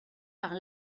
par